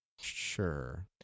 Sure